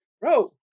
bro